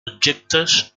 objectes